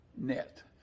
net